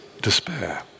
despair